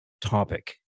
topic